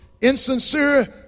insincere